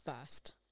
first